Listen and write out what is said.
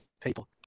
people